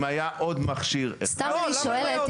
אם היה עוד מכשיר אחד --- לא,